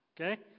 Okay